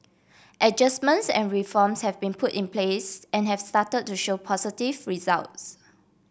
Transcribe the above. adjustments and reforms have been put in place and have start to show positive results